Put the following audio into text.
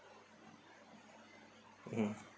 mm